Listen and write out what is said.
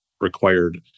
required